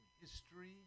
history